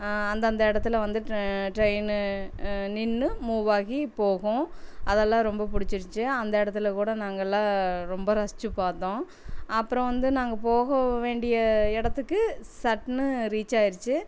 அந்த அந்த இடத்துல வந்து ட்ரெயின்னு நின்று மூவ் ஆகி போகும் அதெல்லாம் ரொம்ப பிடிச்சிருந்ச்சி அந்த இடத்துல கூட நாங்கெல்லாம் ரொம்ப ரசித்து பார்த்தோம் அப்புறம் வந்து நாங்கள் போக வேண்டிய இடத்துக்கு சட்னு ரீச் ஆயிடுச்சு